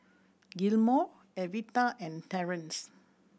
Gilmore Evita and Terrence